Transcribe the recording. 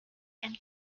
and